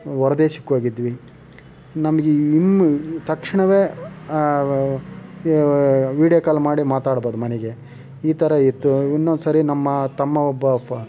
ಹೊರದೇಶಕ್ಕೋಗಿದ್ವಿ ನಮಗೆ ಇಮ್ಮ್ ತಕ್ಷಣವೇ ವೀಡಿಯೋ ಕಾಲ್ ಮಾಡಿ ಮಾತಾಡಬೋದು ಮನೆಗೆ ಈ ಥರ ಇತ್ತು ಇನ್ನೊಂದ್ಸಲ ನಮ್ಮ ತಮ್ಮ ಒಬ್ಬ ಫ್